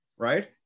right